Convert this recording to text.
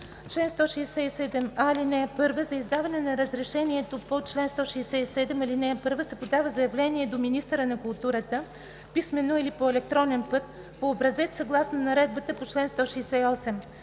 „Чл. 167а. (1) За издаване на разрешение по чл. 167, ал. 1 се подава заявление до министъра на културата, писмено или по електронен път, по образец съгласно наредбата по чл. 168.